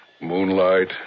Moonlight